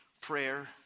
prayer